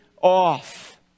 off